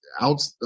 out